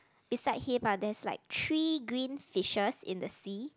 beside him but there's like three green fishes in the sea